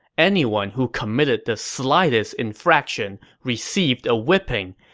anyone who committed the slightest infraction received a whipping,